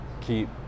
Keep